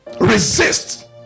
resist